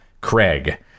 Craig